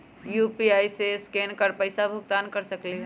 UPI से scan कर पईसा भुगतान कर सकलीहल?